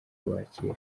kubakira